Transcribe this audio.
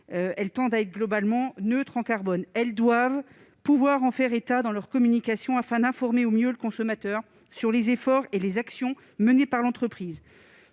elles tendent à être globalement neutres en carbone. Elles doivent pouvoir en faire état dans leurs communications afin d'informer au mieux le consommateur sur les efforts et les actions qu'elles mènent.